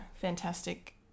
Fantastic